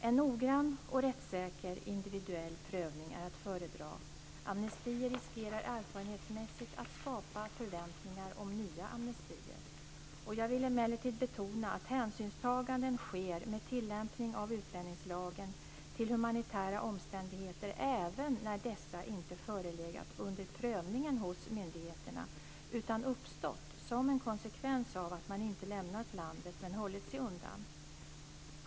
En noggrann och rättssäker individuell prövning är att föredra. Amnestier riskerar erfarenhetsmässigt att skapa förväntningar om nya amnestier. Jag vill emellertid betona att hänsynstaganden sker med tilllämpning av utlänningslagen till humanitära omständigheter även när dessa inte förelegat under prövningen hos myndigheterna utan uppstått som en konsekvens av att man inte lämnat landet utan hållit sig undan.